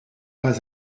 pas